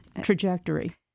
trajectory